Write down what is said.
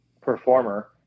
performer